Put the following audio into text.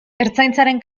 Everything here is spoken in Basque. ertzaintzaren